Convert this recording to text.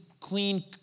clean